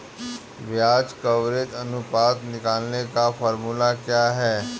ब्याज कवरेज अनुपात निकालने का फॉर्मूला क्या है?